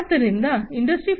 ಆದ್ದರಿಂದ ಇಂಡಸ್ಟ್ರಿ 4